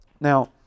Now